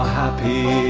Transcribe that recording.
happy